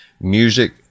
music